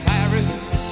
Paris